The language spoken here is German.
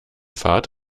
fahrt